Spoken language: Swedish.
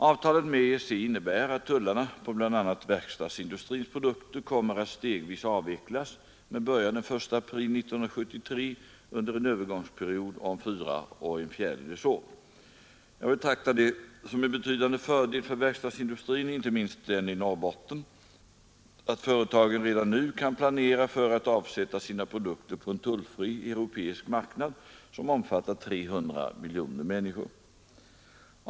Avtalet med EEC innebär att tullarna på bl.a. verkstadsindustrins produkter kommer att stegvis avvecklas med början den 1 april 1973 under en övergångsperiod om 4 1/4 år. Jag betraktar det som en betydande fördel för verkstadsindustrin och inte minst den i Norrbotten att företagen redan nu kan planera för att avsätta sina produkter på en tullfri europeisk marknad som omfattar 300 miljoner människor.